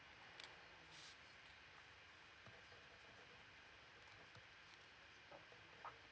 uh